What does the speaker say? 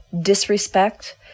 disrespect